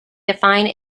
define